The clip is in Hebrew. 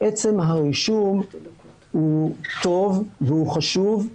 עצם הרישום הוא טוב והוא חשוב,